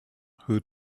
who